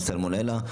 עם סלמונלה.